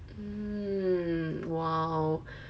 um !wow!